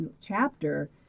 chapter